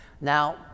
now